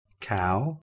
Cow